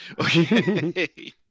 Okay